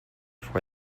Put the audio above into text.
for